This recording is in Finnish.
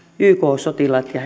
yk sotilaat ja